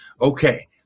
Okay